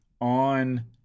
on